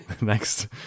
next